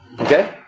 Okay